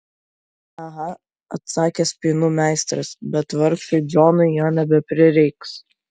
aha atsakė spynų meistras bet vargšui džonui jo nebeprireiks